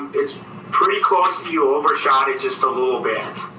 it's pretty close, you overshot it just a little bit.